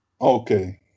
Okay